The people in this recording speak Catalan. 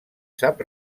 sap